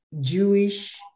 Jewish